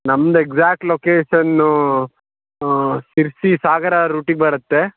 ನಮ್ದು ಎಕ್ಸಾಕ್ಟ್ ಲೊಕೇಶನ್ನೂ ಶಿರ್ಸಿ ಸಾಗರ ರೂಟಿಗೆ ಬರುತ್ತೆ